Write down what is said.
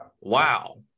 Wow